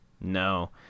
No